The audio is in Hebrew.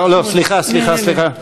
סליחה, סליחה.